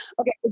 Okay